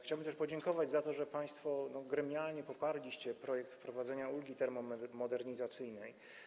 Chciałbym też podziękować za to, że państwo gremialnie poparliście projekt wprowadzenia ulgi termomodernizacyjnej.